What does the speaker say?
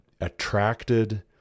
attracted